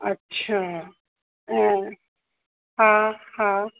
अच्छा ऐं हा हा